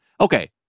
Okay